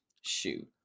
shoot